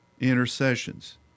intercessions